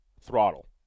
throttle